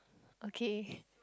okay